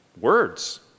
words